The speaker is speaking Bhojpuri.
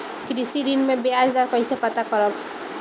कृषि ऋण में बयाज दर कइसे पता करब?